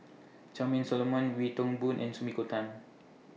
Charmaine Solomon Wee Toon Boon and Sumiko Tan